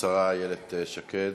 השרה איילת שקד.